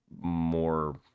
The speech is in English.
more